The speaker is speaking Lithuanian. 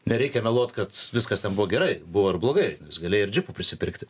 nereikia meluot kad viskas ten buvo gerai buvo ir blogai galėjai ir džipų prisipirkti